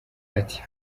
ati